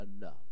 enough